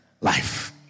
life